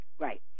Right